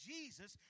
Jesus